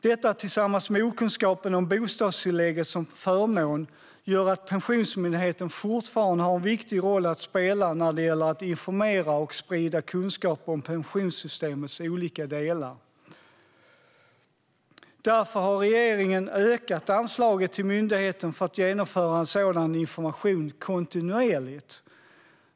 Detta tillsammans med okunskapen om bostadstillägget som förmån gör att Pensionsmyndigheten fortfarande har en viktig roll att spela vad gäller att informera och sprida kunskap om pensionssystemets olika delar. Därför har regeringen ökat anslaget till myndigheten för att genomföra sådan information kontinuerligt.